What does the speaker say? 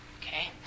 Okay